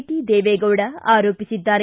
T Devegowda ಆರೋಪಿಸಿದ್ದಾರೆ